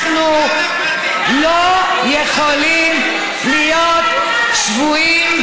אנחנו לא יכולים להיות שבויים.